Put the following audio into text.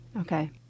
Okay